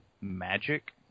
magic